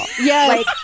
Yes